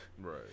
right